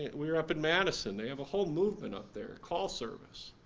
we were up in madison, they have a whole movement up there, call service.